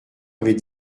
avait